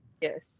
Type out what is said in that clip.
Yes